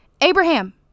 Abraham